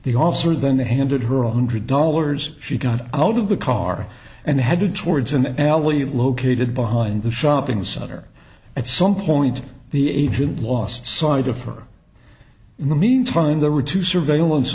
the officer then the handed her a one hundred dollars she got out of the car and headed towards an alley located behind the shopping center at some point the agent lost sight of her in the meantime there were two surveillance